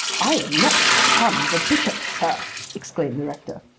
i am not the son of a bishop, sir, exclaimed the rector.